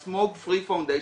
Smoke free foundation,